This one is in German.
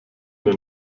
den